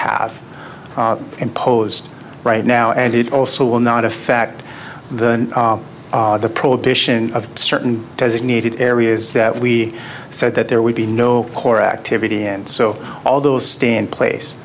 have in posed right now and it also will not affect the prohibition of certain designated areas that we said that there would be no core activity and so all those stand place